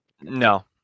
No